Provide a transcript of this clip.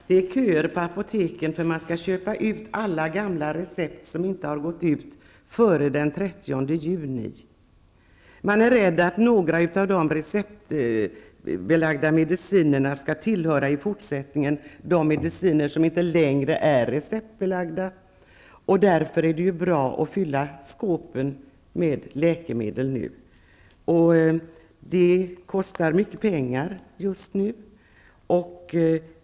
Det är köer på apoteken, för man skall köpa ut på alla gamla recept som inte har gått ut före den 30 juni. Man är rädd att några av de receptbelagda medicinerna i fortsättnngen skall tillhöra de mediciner som inte längre är receptbelagda. Därför är det ju bra att fylla skåpen med läkemedel nu. Det kostar mycket pengar just nu.